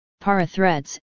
para-threads